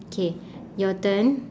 K your turn